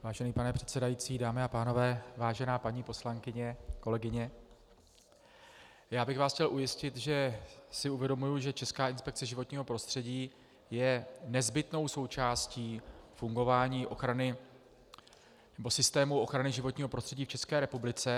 Vážený pane předsedající, dámy a pánové, vážená paní poslankyně, kolegyně, chtěl bych vás ujistit, že si uvědomuji, že Česká inspekce životního prostředí je nezbytnou součástí fungování systému ochrany životního prostředí v České republice.